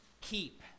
keep